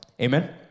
Amen